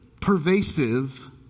pervasive